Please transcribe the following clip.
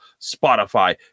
Spotify